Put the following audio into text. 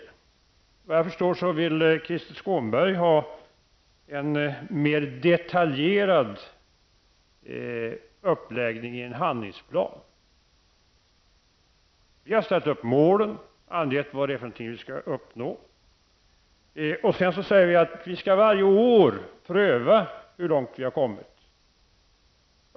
Efter vad jag förstår vill Krister Skånberg ha en mer detaljerad uppläggning i en handlingsplan. Vi har ställt upp mål och angett vad vi skall uppnå. Sedan säger vi att vi varje år skall pröva hur långt vi har kommit.